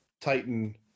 Titan